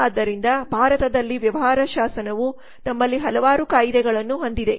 ಆದ್ದರಿಂದ ಭಾರತದಲ್ಲಿ ವ್ಯವಹಾರ ಶಾಸನವು ನಮ್ಮಲ್ಲಿ ಹಲವಾರು ಕಾಯಿದೆ ಗಳನ್ನು ಹೊಂದಿದೆ